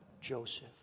Joseph